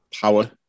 Power